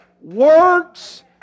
works